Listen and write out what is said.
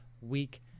week